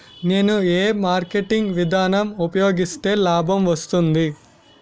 నేను ఏ మార్కెటింగ్ విధానం ఉపయోగిస్తే లాభం వస్తుంది?